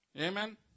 Amen